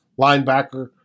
linebacker